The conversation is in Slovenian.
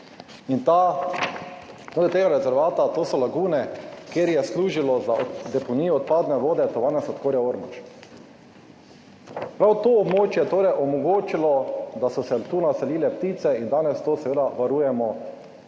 in ta, no, tega rezervata, to so lagune, kjer je služilo za deponijo odpadne vode Tovarne sladkorja Ormož. Prav to območje je torej omogočilo, da so se tu naselile ptice in danes to seveda varujemo